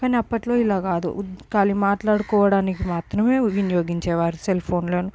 కానీ అప్పట్లో ఇలా కాదు కాలీ మాట్లాడుకోవడానికి మాత్రమే ఉపయోగించేవారు సెల్ ఫోన్లను